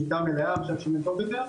טוב,